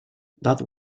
that